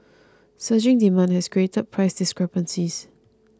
surging demand has created price discrepancies